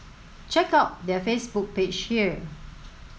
check out their Facebook page here